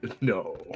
No